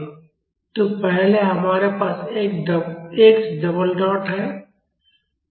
तो पहले हमारे पास x डबल डॉट है